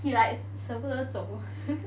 he like 舍不得走